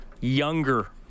younger